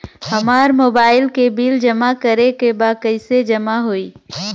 हमार मोबाइल के बिल जमा करे बा कैसे जमा होई?